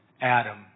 Adam